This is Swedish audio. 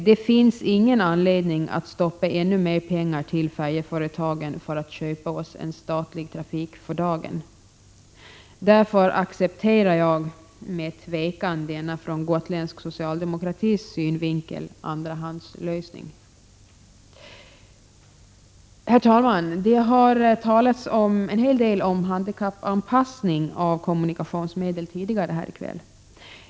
Det finns ingen anledning att stoppa ännu mera pengar i färjeföretagen för att köpa oss en statlig trafik för dagen. Därför accepterar jag med tvekan denna, ur gotländsk socialdemokratis synvinkel, andrahandslösning. Herr talman! Det har talats en hel del om handikappanpassning av kommunikationsmedel tidigare här i kväll.